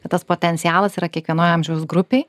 kad tas potencialas yra kiekvienoj amžiaus grupėj